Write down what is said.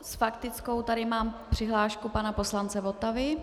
S faktickou tady mám přihlášku pana poslance Votavy.